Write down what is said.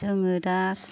जोङो दा